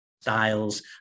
styles